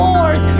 Wars